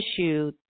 issue